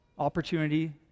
opportunity